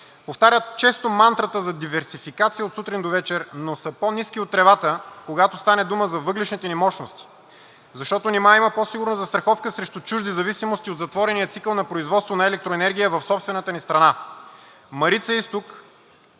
повтарят често мантрата за диверсификация от сутрин до вечер, но са по-ниски от тревата, когато стане дума за въглищните ни мощности, защото нима има по-сигурна застраховка срещу чужди зависимост от затворения цикъл на производство на електроенергия в собствената ни страна. „Марица изток“